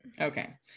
okay